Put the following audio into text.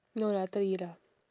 no lah three lah